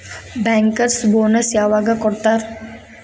Bankers bonus ಯವಾಗ್ ಕೊಡ್ತಾರ?